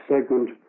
segment